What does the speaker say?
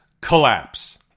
collapse